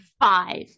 Five